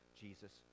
Jesus